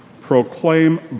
proclaim